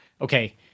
okay